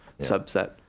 subset